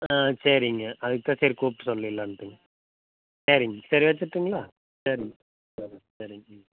ஆ சரிங்க அதுக்கு தான் சரி கூப்பிட்டு சொல்லிடுலான்ட்டுங்க சரிங்க சரி வச்சிரட்டுங்களா சரிங்க சரி சரிங்க ம்